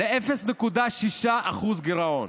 ל-0.6% גירעון.